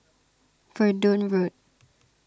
Verdun Road